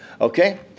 Okay